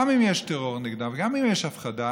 גם אם יש טרור נגדם וגם אם יש הפחדה,